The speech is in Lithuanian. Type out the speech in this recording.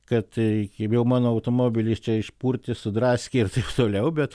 kad jei jau mano automobilį čia išpurtė sudraskė ir taip toliau bet